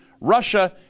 Russia